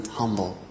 humble